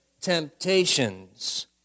temptations